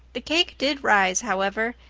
the cake did rise, however,